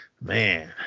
man